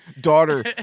daughter